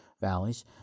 Valleys